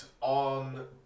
on